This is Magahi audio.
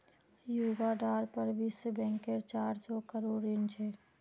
युगांडार पर विश्व बैंकेर चार सौ करोड़ ऋण छेक